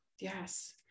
Yes